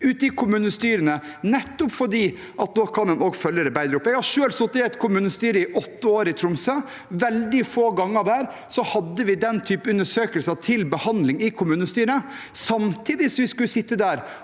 ute i kommunestyrene fordi en da kan følge det opp bedre. Jeg har selv sittet i et kommunestyre i åtte år i Tromsø. Veldig få ganger hadde vi den type undersøkelse til behandling i kommunestyret, samtidig som vi skulle sitte der